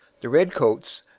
the redcoats,